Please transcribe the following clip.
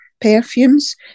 perfumes